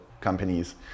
companies